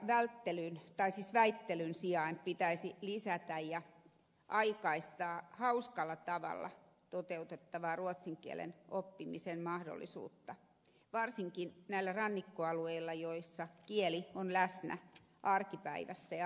väittelyn sijaan pitäisi lisätä ja aikaistaa hauskalla tavalla toteutettavaa ruotsin kielen oppimisen mahdollisuutta varsinkin näillä rannikkoalueilla missä kieli on läsnä arkipäivässä ja arkielämässä